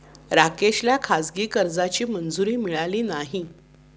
राकेशला खाजगी कर्जाची मंजुरी मिळाली नाही